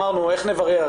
שאלנו איך נברר,